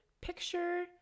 picture